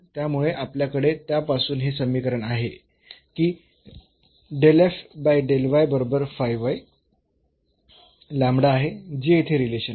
त्यामुळे आपल्याकडे त्यापासून हे समीकरण आहे की बरोबर आहे जे येथे रिलेशन आहे